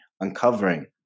uncovering